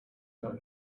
out